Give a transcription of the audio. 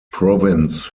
province